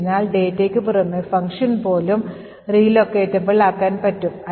അതിനാൽ ഡാറ്റയ്ക്ക് പുറമേ ഫംഗ്ഷൻ പോലും relocatable ആക്കാൻ പറ്റും